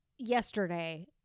yesterday